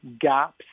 gaps